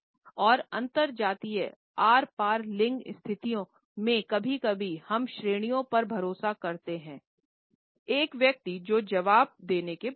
और अंतरजातीय आर पार लिंग स्थितियों में कभी कभी हम श्रेणियों पर भरोसा करते हैं एक व्यक्ति को जवाब देने के बजाय